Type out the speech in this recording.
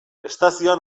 estazioa